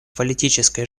политической